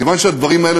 כיוון שהדברים האלה,